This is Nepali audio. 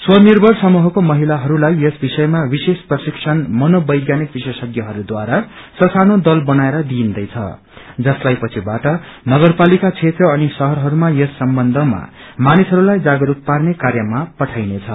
स्वनिर्भर समूहको महिलाहरूलाई यस विषयमा विशेष प्रशिक्षण मनोवैज्ञानिक विशेषज्ञहरूद्वारा स सानो दल बनाएर दिइन्दैछ जसलाई पछिबाट नगरपालिका क्षेत्र अनि शहरहरूमा यस सम्बन्धमा मानिसहरूलाई जागरूक पार्ने कार्यमा पठाइनेछ